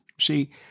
See